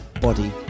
Body